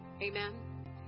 Amen